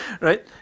Right